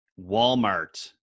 Walmart